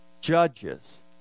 Judges